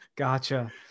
Gotcha